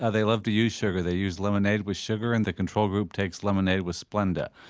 ah they love to use sugar. they use lemonade with sugar and the control group takes lemonade with splenda.